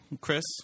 Chris